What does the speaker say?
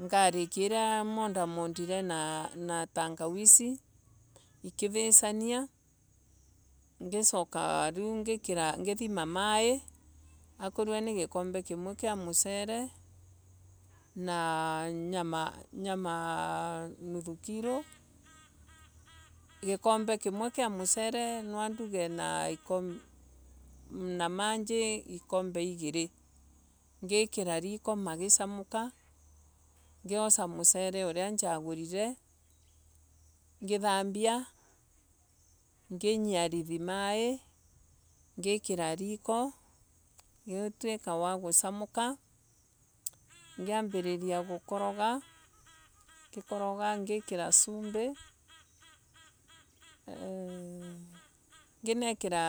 Ngarik itia modire modire na tongawizi. ikivasana. ngisoka riu ngithima mai akorwa ni gikombe kimwe kia mucere na nyama Nyamaa nuthu kilo. Gikombe kimwe kia mucore nwanduge na manji ikombe igiri ngikira riko magiramuka. Ngioca mucere uria njagurire ngithambia. na ngiumithia ngikira niko ugituika wa gusamuka. Ngituika wa gukoraga ngikira sumbi Eeeh Nginekira